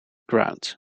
ground